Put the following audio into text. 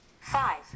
Five